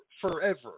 forever